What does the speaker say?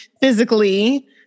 physically